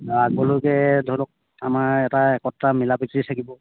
আগলৈকে ধৰি লওক আমাৰ এটা একতা মিলাপ্ৰীতি থাকিব